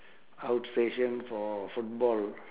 outstation for football